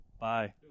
Bye